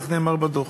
כך נאמר בדוח.